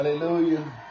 Hallelujah